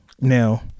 Now